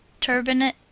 turbinate